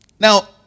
Now